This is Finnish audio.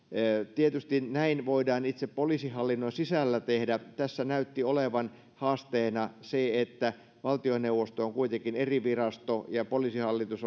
tietysti näin voidaan itse poliisihallinnon sisällä tehdä tässä näytti olevan haasteena se että valtioneuvosto on kuitenkin eri virasto ja poliisihallitus